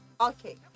okay